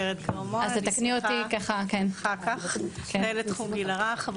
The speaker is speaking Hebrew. ורד כרמון מנהלת תחום גיל הרך,